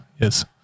Yes